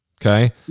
Okay